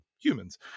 humans